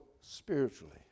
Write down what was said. spiritually